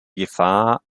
gefahr